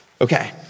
Okay